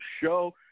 show